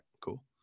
cool